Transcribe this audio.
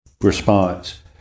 response